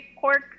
pork